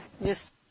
Yes